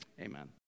amen